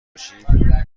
باشیم